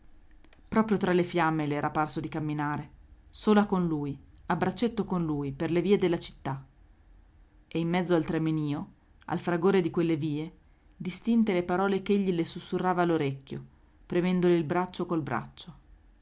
proprio tra le fiamme le era parso di camminare sola con lui a braccetto con lui per le vie della città e in mezzo al tramenio al fragore di quelle vie distinte le parole ch'egli le sussurrava all'orecchio premendole il braccio col braccio